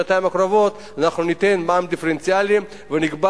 שנתיים הקרובות אנחנו ניתן מע"מ דיפרנציאלי ונקבע